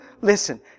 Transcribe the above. listen